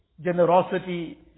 generosity